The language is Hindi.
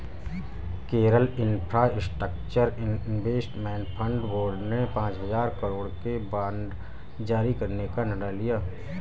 Kerala infrastructure investment fund board ने पांच हजार करोड़ के बांड जारी करने का निर्णय लिया